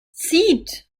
zieht